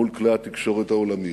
מול כלי התקשורת העולמיים,